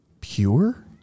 pure